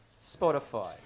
Spotify